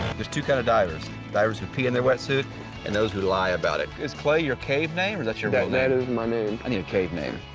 there's two kind of divers divers who pee in their wetsuit and those who lie about it it's clay your cave name or that's your doubt that is my name. i need a cave name